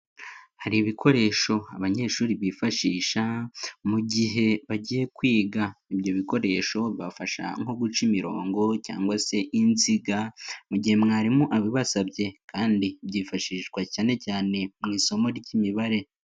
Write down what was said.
Hari ibikoresho abanyeshuri bifashisha mu gihe bagiye kwiga. Ibyo bikoresho bafasha nko guca imirongo cyangwa se inziga mu gihe mwarimu abibasabye kandi byifashishwa cyane cyane mu isomo ry'imibare.